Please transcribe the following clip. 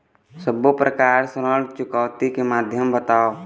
सब्बो प्रकार ऋण चुकौती के माध्यम बताव?